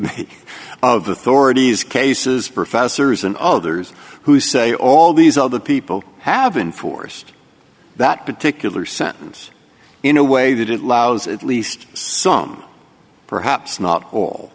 authorities cases professors and others who say all these other people have been forced that particular sentence in a way that it lousy at least some perhaps not all